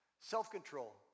self-control